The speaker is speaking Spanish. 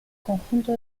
conjunto